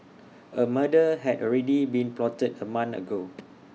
A murder had already been plotted A month ago